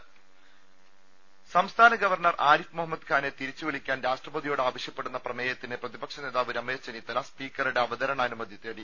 ദരദ സംസ്ഥാന ഗവർണർ ആരിഫ് മുഹമ്മദ് ഖാനെ തിരിച്ച് വിളിക്കാൻ രാഷ്ട്രപതിയോട് ആവശ്യപ്പെടുന്ന പ്രമേയത്തിന് പ്രതിപക്ഷനേതാവ് രമേശ് ചെന്നിത്തല സ്പീക്കറുടെ അവതരണാനുമതി തേടി